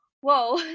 whoa